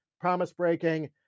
promise-breaking